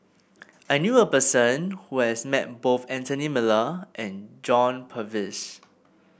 I knew a person who has met both Anthony Miller and John Purvis